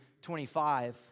25